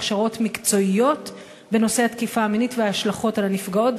הכשרות מקצועיות בנושא תקיפה מינית וההשלכות על הנפגעות,